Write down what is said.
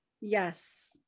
Yes